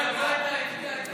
יגאל גואטה הצביע בעד.